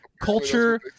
culture